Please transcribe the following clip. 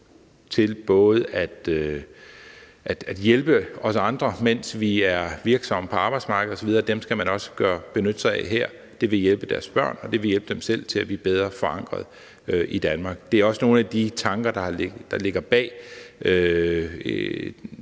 til at hjælpe os andre, mens vi er virksomme på arbejdsmarkedet osv., skal man også benytte sig af her. Det vil hjælpe deres børn, og det vil hjælpe dem selv til at blive bedre forankret i Danmark. Det er også nogle af de tanker, der ligger bag